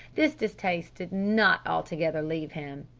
this distaste did not altogether leave him.